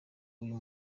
uyu